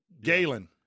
Galen